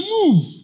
move